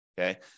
okay